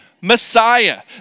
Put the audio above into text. Messiah